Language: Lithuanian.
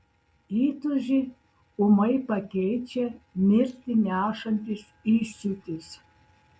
įtūžį ūmai pakeičia mirtį nešantis įsiūtis